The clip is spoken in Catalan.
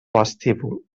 vestíbul